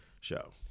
show